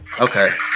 Okay